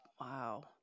wow